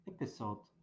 Episode